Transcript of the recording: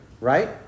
right